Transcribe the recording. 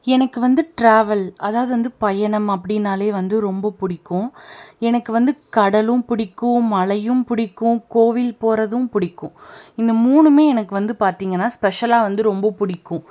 எனக்கு வந்து ட்ராவல் அதாவது வந்து பயணம் அப்படின்னாலே ரொம்ப பிடிக்கும் எனக்கு வந்து கடலும் பிடிக்கும் மலையும் பிடிக்கும் கோயில் போகிறதும் பிடிக்கும் இந்த மூணுமே எனக்கு வந்து பார்த்திங்கன்னா ஸ்பெஷலாக வந்து ரொம்ப பிடிக்கும்